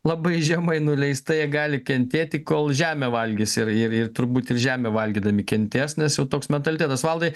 labai žemai nuleista jie gali kentėti kol žemę valgys ir ir turbūt ir žemę valgydami kentės nes jau toks mentalitetas valdai